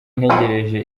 ntegereje